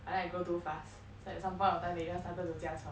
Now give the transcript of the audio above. I think I grow too fast it's ike some point of time you just started to 加床